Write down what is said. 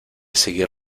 seguir